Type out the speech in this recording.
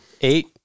eight